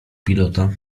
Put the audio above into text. pilota